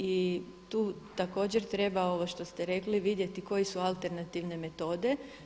I tu također treba ovo što ste rekli vidjeti koje su alternativne metode.